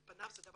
על-פניו זה מה